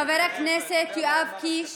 חבר הכנסת יואב קיש.